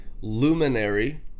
luminary